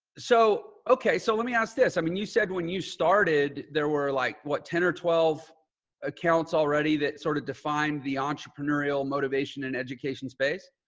so, okay. so let me ask this. i mean, you said when you started, there were like what, ten or twelve accounts already that sort of defined the entrepreneurial motivation and education space?